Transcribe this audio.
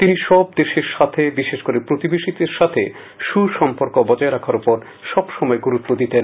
তিনি সব দেশের সাথে বিশেষ করে প্রতিবেশীদের সাথে সুসম্পর্ক বজায় রাখার উপর সবসময় গুরুত্ব দিতেন